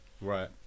Right